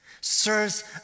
serves